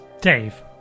Dave